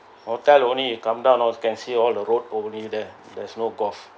hotel only you come down all can see all the road only there there's no golf